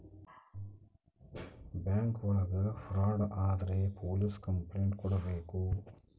bank ಒಳಗ fraud ಆದ್ರೆ police complaint ಕೊಡ್ಬೇಕು